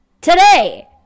today